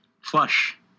Flush